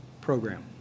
program